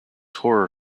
horror